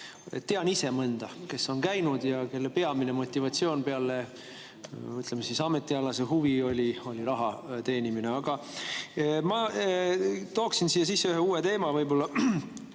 Tean ise mõnda, kes on käinud ja kelle peamine motivatsioon peale, ütleme siis, ametialase huvi oli raha teenimine. Aga ma tooksin siia sisse ühe uue teema.